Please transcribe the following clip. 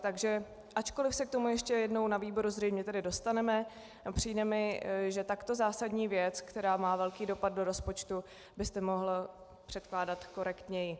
Takže ačkoliv se k tomu ještě jednou zřejmě na výboru tedy dostaneme, přijde mi, že takto zásadní věc, která má velký dopad do rozpočtu, byste mohl předkládat korektněji.